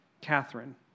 Catherine